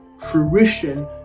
fruition